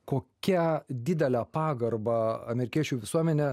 kokią didelę pagarbą amerikiečių visuomenė